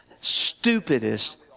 stupidest